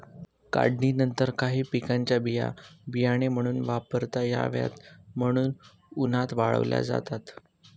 काढणीनंतर काही पिकांच्या बिया बियाणे म्हणून वापरता याव्यात म्हणून उन्हात वाळवल्या जातात